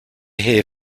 hear